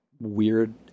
weird